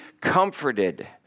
comforted